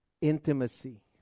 Intimacy